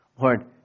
Lord